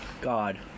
God